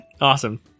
Awesome